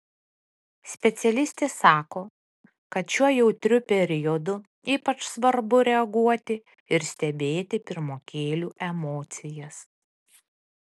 specialistė sako kad šiuo jautriu periodu ypač svarbu reaguoti ir stebėti pirmokėlių emocijas